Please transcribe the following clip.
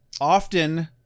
often